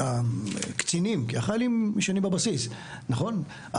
שהחיילים ישנים בבסיס, נכון?